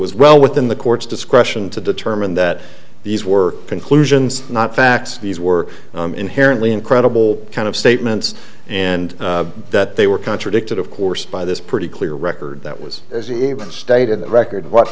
was well within the court's discretion to determine that these were conclusions not facts these were inherently incredible kind of statements and that they were contradicted of course by this pretty clear record that was as even stated the record what